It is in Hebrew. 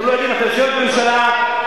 את יושבת בממשלה,